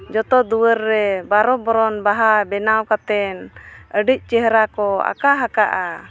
ᱡᱚᱛᱚ ᱫᱩᱣᱟᱹᱨ ᱨᱮ ᱵᱟᱨᱚ ᱵᱚᱨᱚᱱ ᱵᱟᱦᱟ ᱵᱮᱱᱟᱣ ᱠᱟᱛᱮᱫ ᱟᱹᱰᱤ ᱪᱮᱦᱨᱟ ᱠᱚ ᱟᱠᱟ ᱟᱠᱟᱜᱼᱟ